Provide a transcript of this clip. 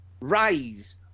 rise